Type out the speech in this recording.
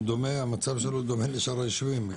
המצב שלנו דומה לשאר הישובים,